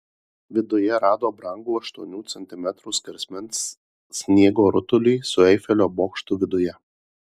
viduje rado brangų aštuonių centimetrų skersmens sniego rutulį su eifelio bokštu viduje